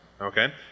okay